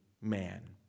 man